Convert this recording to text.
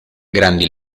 grandi